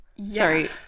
Sorry